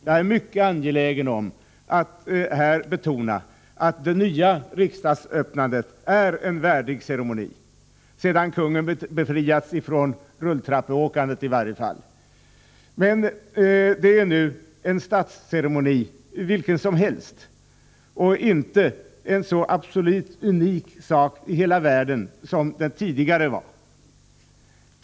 Jag är mycket angelägen om att här betona att det nya riksdagsöppnandet är en värdig ceremoni, sedan kungen befriats från rulltrappsåkandet, men det är nu en statsceremoni vilken som helst och inte en så i hela världen absolut unik sak som den tidigare var.